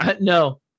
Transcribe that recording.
No